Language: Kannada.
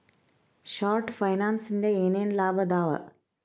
ಶಾರ್ಟ್ ಫೈನಾನ್ಸಿನಿಂದ ಏನೇನ್ ಲಾಭದಾವಾ